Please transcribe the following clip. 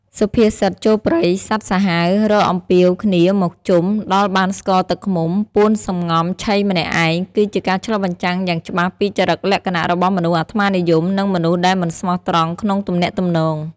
សុភាសិត «ចូលព្រៃសត្វសាហាវ រកអំពាវគ្នាមកជុំ ដល់បានស្ករទឹកឃ្មុំ ពួនសំងំឆីម្នាក់ឯង» គឺជាការឆ្លុះបញ្ចាំងយ៉ាងច្បាស់ពីចរិតលក្ខណៈរបស់មនុស្សអាត្មានិយម និងមនុស្សដែលមិនស្មោះត្រង់ក្នុងទំនាក់ទំនង។